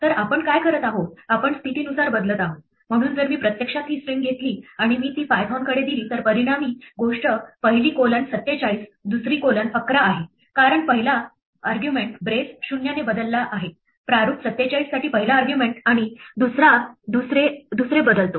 तर आपण काय करत आहोत आपण स्थितीनुसार बदलत आहोत म्हणून जर मी प्रत्यक्षात ही स्ट्रिंग घेतली आणि मी ती पायथोनकडे दिली तर परिणामी गोष्ट पहिली कोलन 47 दुसरी कोलन 11 आहे कारण पहिला आर्ग्युमेंट ब्रेस 0 ने बदलले आहे प्रारूप 47 साठी पहिला आर्ग्युमेंट आणि दुसरा दुसरे बदलतो